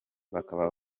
bakaba